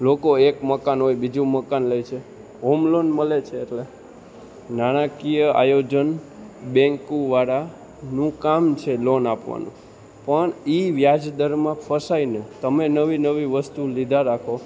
લોકો એક મકાન હોય બીજું મકાન લે છે હોમ લોન મળે છે એટલે નાણાકીય આયોજન બેન્કવાળાનું કામ છે લોન આપવાનું પણ એ વ્યાજદરમાં ફસાઈને તમે નવી નવી વસ્તુ લીધા રાખો